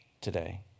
today